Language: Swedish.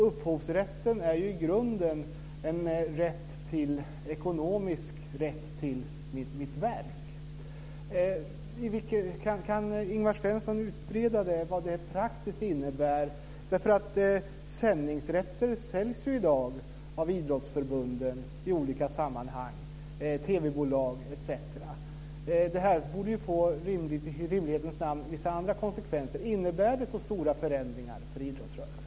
Upphovsrätten är ju i grunden en ekonomisk rätt till det egna verket. Kan Ingvar Svensson reda ut vad det praktiskt innebär? Sändningsrätter säljs ju i dag av idrottsförbunden i olika sammanhang, till TV-bolag etc. Det här borde i rimlighetens namn få vissa andra konsekvenser. Innebär det så stora förändringar för idrottsrörelsen?